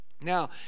now